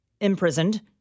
imprisoned